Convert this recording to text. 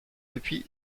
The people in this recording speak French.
depuis